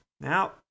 Now